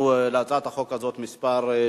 להצעת החוק הזאת כמה דוברים,